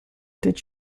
did